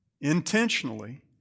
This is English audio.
intentionally